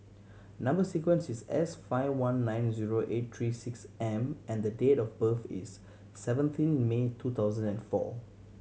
number sequence is S five one nine zero eight three six M and the date of birth is seventeen May two thousand and four